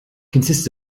consists